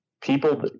people